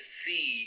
see